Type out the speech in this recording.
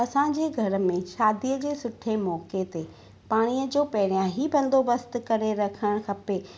असांजे घर में शादीअ जे सुठे मौके थे पाणीअ जो पहिरियां ई बंदोबस्तु करे रखणु खपे